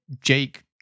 Jake